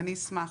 אני אשמח.